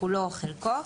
כולו או חלקו,